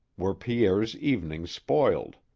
were pierre's evenings spoiled.